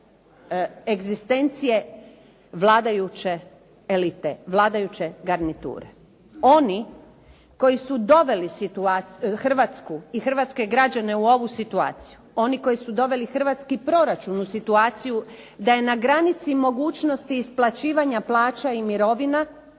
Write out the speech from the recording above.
egzistencije vladajuće elite, vladajuće garniture. Oni koji su doveli Hrvatsku i hrvatske građane u ovu situaciju, oni koji su doveli hrvatski proračun u situaciju da je na granici mogućnosti isplaćivanja plaća i mirovina,